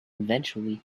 eventually